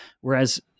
Whereas